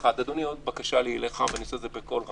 אדוני, עוד בקשה לי אליך, ואעשה זאת בקול רם.